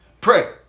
Pray